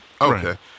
Okay